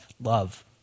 love